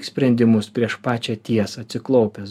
sprendimus prieš pačią tiesą atsiklaupęs